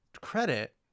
credit